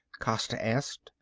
costa asked,